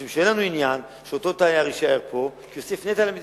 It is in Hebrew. משום שאין לנו עניין שאותו תייר יישאר פה ויוסיף נטל על המדינה.